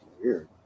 weird